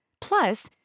plus